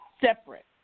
separate